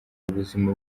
ubuzima